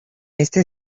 esta